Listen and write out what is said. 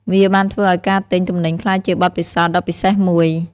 វាបានធ្វើឱ្យការទិញទំនិញក្លាយជាបទពិសោធន៍ដ៏ពិសេសមួយ។